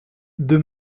deux